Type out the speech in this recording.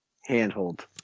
handhold